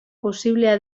posiblea